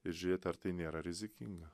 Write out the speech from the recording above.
ir žiūrėti ar tai nėra rizikinga